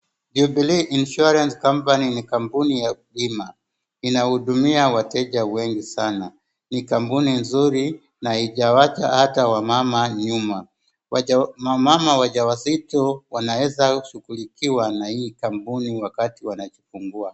Jubilee insurance company ni kampuni ya bima inahudumia wateja wengi sana. Ni kampuni nzuri sana na haijawacha hata wamama nyuma. Wamama wajawazito wanaweza shughulikiwa na hii kampuni wakati wanajifungua.